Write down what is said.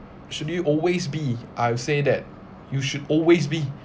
should you always be I'll say that you should always be